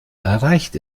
erreicht